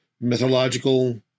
Mythological